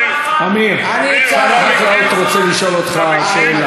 עמיר, שר החקלאות רוצה לשאול אותך שאלה.